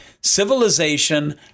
civilization